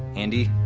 andi?